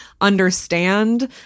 understand